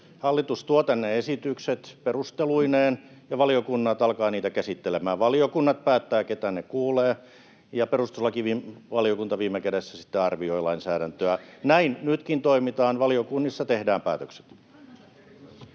Hallitus tuo tänne esitykset perusteluineen, ja valiokunnat alkavat niitä käsittelemään. Valiokunnat päättävät, ketä ne kuulevat, ja perustuslakivaliokunta viime kädessä sitten arvioi lainsäädäntöä. Näin nytkin toimitaan. Valiokunnissa tehdään päätökset.